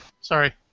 Sorry